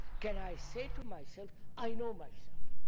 can i say to myself, i know myself?